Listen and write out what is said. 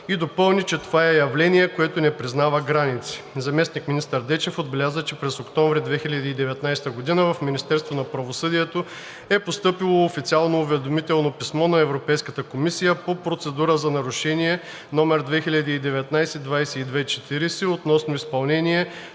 и допълни, че това е явление, което не признава граници. Заместник-министър Дечев отбеляза, че през октомври 2019 г. в Министерството на правосъдието е постъпило официално уведомително писмо на Европейската комисия по процедура за нарушение, № 2019/2240, относно неизпълнение